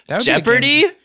Jeopardy